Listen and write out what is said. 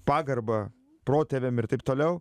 pagarbą protėviam ir taip toliau